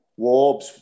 Warbs